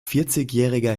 vierzigjähriger